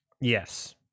Yes